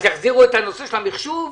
אז יחזירו את נושא המחשוב?